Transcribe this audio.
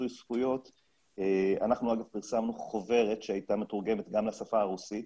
אנחנו פרסמנו חוברת שהייתה מתורגמת גם לשפה הרוסית,